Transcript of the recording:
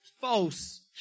False